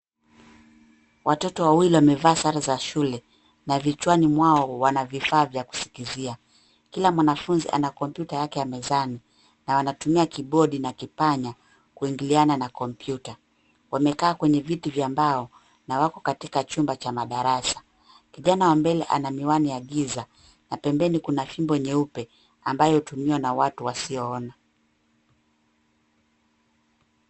Watoto wawili wamevaa sare za shule na vichwani mwao wana vifaa vya kusikizia. Kila mwanafunzi ana kompyuta yake ya mezani na wanatumia kibodi na kipanya kuingiliana na kompyuta. Wamekaa kwenye viti vya mbao na wako katika chumba cha madarasa. Kijana wa mbele ana miwani ya giza na pembeni kuna fimbo nyeupe ambayo hutumiwa na watu wasioona.